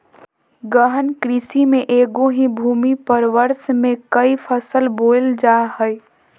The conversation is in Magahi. गहन कृषि में एगो ही भूमि पर वर्ष में क़ई फसल बोयल जा हइ